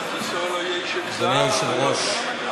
אדוני היושב-ראש,